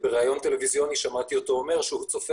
ובריאיון טלוויזיוני גם שמעתי אותו אומר שהוא צופה